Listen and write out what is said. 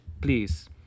Please